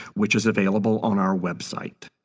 which is available on our website.